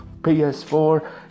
PS4